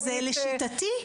לשיטתי,